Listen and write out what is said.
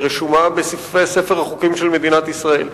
רשומה בספר החוקים של מדינת ישראל.